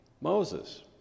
Moses